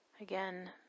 Again